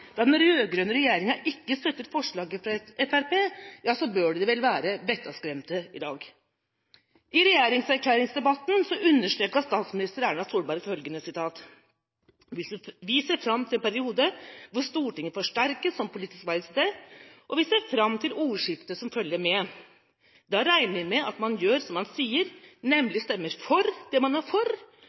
da den rød-grønne regjeringa ikke støttet forslaget fra Fremskrittspartiet, bør de vel være vettskremte i dag. I regjeringserklæringsdebatten understreket statsminister Erna Solberg følgende: «Vi ser frem til en periode hvor Stortinget forsterkes som politisk verksted, og vi ser frem til ordskiftene som følger med. Da regner vi med at man gjør som man sier, nemlig stemmer for det man er for